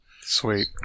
Sweet